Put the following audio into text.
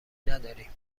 نداریم